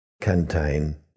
contain